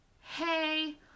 hey